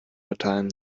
latein